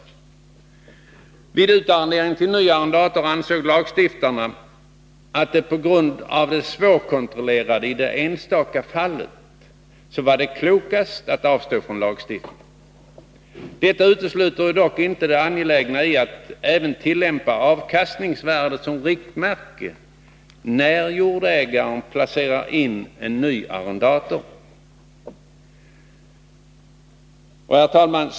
Vad beträffar utarrendering till ny arrendator ansåg lagstiftarna att det, på grund av det svårkontrollerade i det enstaka fallet, var klokast att avstå från lagstiftning. Detta utesluter dock inte det angelägna i att även tillämpa avkastningsvärdet som riktmärke när jordägaren placerar in en ny arrendator. Herr talman!